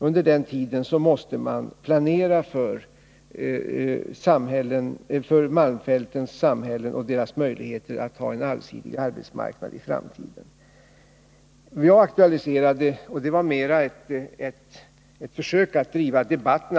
Under den tiden måste man planera för malmfältens samhällen och deras möjligheter att ha en allsidig arbetsmarknad i framtiden. Vad jag aktualiserade var mera ett försök att driva debatten.